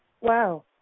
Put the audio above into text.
Wow